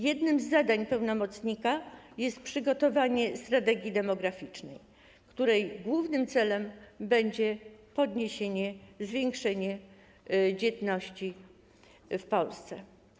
Jednym z zadań pełnomocnika jest przygotowanie strategii demograficznej, której głównym celem będzie podniesienie, zwiększenie dzietności w Polsce.